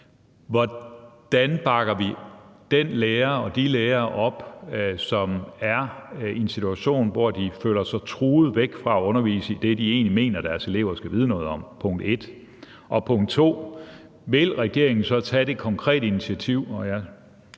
konkret den lærer og de lærere op, som er i en situation, hvor de føler sig truet væk fra at undervise i det, de egentlig mener deres elever skal vide noget om? Det var det første. Det andet er: Vil regeringen så tage det konkrete initiativ